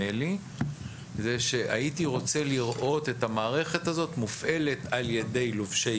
זה שהייתי רוצה לראות את המערכת הזאת מופעלת על ידי לובשי